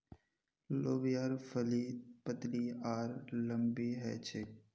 लोबियार फली पतली आर लम्बी ह छेक